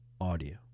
audio